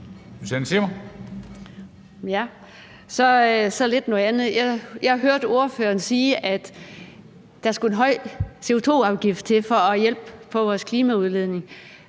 Jeg hørte ordføreren sige, at der skulle en høj CO2-afgift til for at hjælpe på vores CO2-udledning.